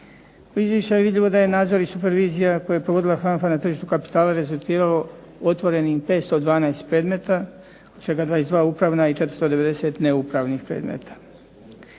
Iz izvješća je vidljivo da je nadzor i supervizija koji je provodila HANFA na tržištu kapitala rezultiralo otvorenim 512 predmeta, od čega 22 upravna i 490 neupravnih predmeta.